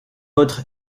autre